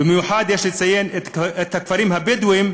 במיוחד יש לציין את הכפרים הבדואיים,